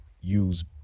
use